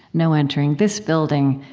no entering this building,